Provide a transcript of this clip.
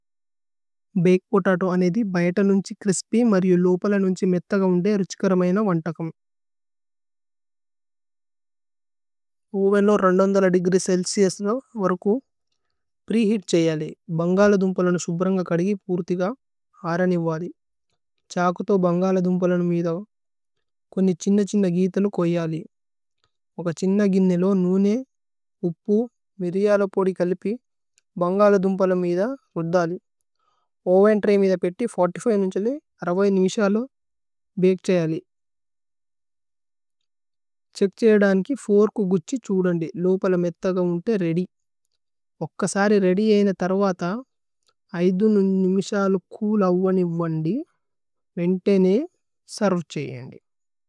Bake potato അനേതി ബയത നുന്ഛി ച്രിസ്പ്യ് മരിഓ ലോപല നുന്ഛി മേത്ഥ ഗൌന്ദേ രുഛ്കരമയന വന്തകമ്। ഓവേന് ലോ വോര്കു പ്രേ-ഹേഅത് ഛയലേ। ഭന്ഗല ധുമ്പല നുശുബ്രന്ഗ കദി, പുരുഥി ഗ അരനിവ്വദി। ഛ്ഹകുതോ ബന്ഗല ധുമ്പല നുമിദ। കുന്നി ഛിന്ന ഛിന്ന അഗിതലു കോയലി। ഓക ഛിന്ന ഗിന്ന ലോ നുനേ, ഹുപ്പു, മിര്യല പോദി കല്ലിപി। ഭന്ഗല ധുമ്പല നുമിദ രുധലി। ഓവേന് ത്രൈ മിദ പേത്തി ഇന്ജലി, അരവൈ നുമിശ ലോ ബകേ ഛയലേ। ഛ്ഹക് ഛയലേ ധുമ്പല നുമിദ വോര്കു കുഛി ഛുദന്ദി। ലോപല മേത്ഥ ഗൌന്ദേ രേഅദ്യ്। ഓക സരി രേഅദ്യ് ഏന തവഥ। ഐധു നുമിശ ലോ ചൂല് അവനിവ്വദി। വേന്തേ നേ സരു ഛയനേ।